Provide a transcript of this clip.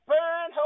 Burn